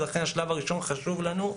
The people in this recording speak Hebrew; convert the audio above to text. לכן השלב הראשון חשוב לנו,